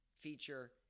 feature